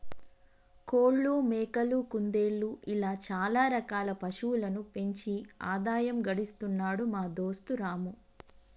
కోళ్లు మేకలు కుందేళ్లు ఇలా చాల రకాల పశువులను పెంచి ఆదాయం గడిస్తున్నాడు మా దోస్తు రాము